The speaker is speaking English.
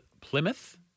Plymouth